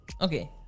Okay